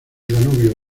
danubio